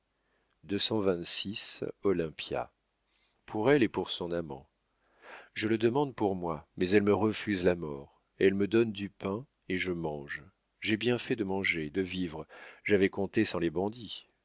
olympia pour elle et pour son amant je le demande pour moi mais elle me refuse la mort elle me donne du pain et je mange j'ai bien fait de manger de vivre j'avais compté sans les bandits